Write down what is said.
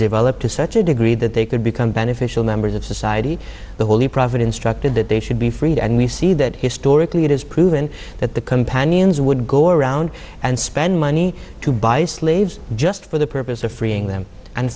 developed to such a degree that they could become beneficial members of society the holy prophet instructed that they should be freed and we see that historically it is proven that the companions would go around and spend money to buy slaves just for the purpose of freeing them and